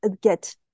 get